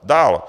Dál.